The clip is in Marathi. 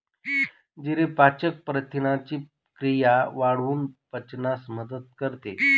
जिरे पाचक प्रथिनांची क्रिया वाढवून पचनास मदत करते